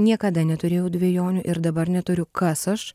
niekada neturėjau dvejonių ir dabar neturiu kas aš